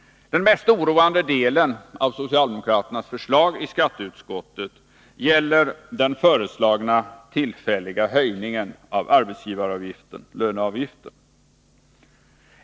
Den mest oroande delen av socialdemokraternas förslag i skatteutskottet gäller den föreslagna tillfälliga höjningen av arbetsgivaravgiften/löneavgiften.